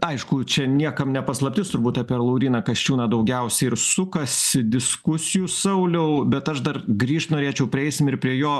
aišku čia niekam ne paslaptis turbūt apie lauryną kasčiūną daugiausiai ir sukasi diskusijų sauliau bet aš dar grįžt norėčiau prieisim ir prie jo